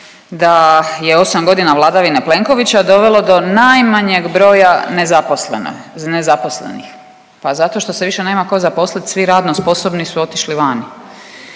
da je 8.g. vladavine Plenkovića dovelo do najmanjeg broja nezaposlenih. Pa zato što se više nema ko zaposlit, svi radno sposobni su otišli vani.